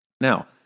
Now